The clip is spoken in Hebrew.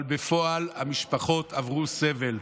אבל בפועל, המשפחות עברו סבל.